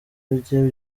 bye